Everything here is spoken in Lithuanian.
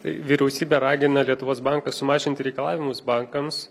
tai vyriausybė ragina lietuvos banką sumažinti reikalavimus bankams